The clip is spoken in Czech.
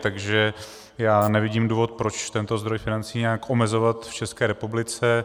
Takže já nevidím důvod, proč tento zdroj financí nějak omezovat v České republice.